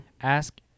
ask